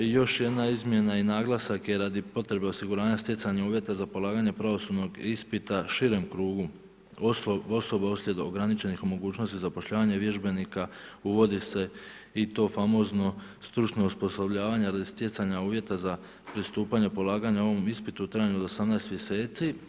Još jedna izmjena i naglasak je radi potreba osiguranja stjecanja uvjeta za polaganje pravosudnog ispita širem krugu osoba uslijed ograničenih mogućnosti zapošljavanja vježbenika, uvodi se i to famozno stručno osposobljavanje radi stjecanja uvjeta za pristupanje polaganju ovom ispitu u trajanju od 18 mjeseci.